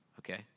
Okay